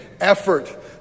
effort